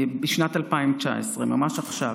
בשנת 2019, ממש עכשיו.